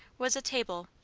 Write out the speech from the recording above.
was a table,